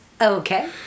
Okay